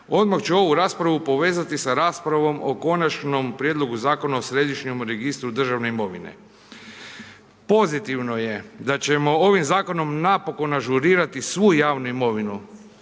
odmah ću ovu raspravu povezati s raspravom o Konačnom prijedlogu Zakona o središnjem registru Državne imovine. Pozitivno je da ćemo ovim zakonom napokon ažurirati svu javnu imovinu,